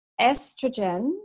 estrogen